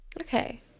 Okay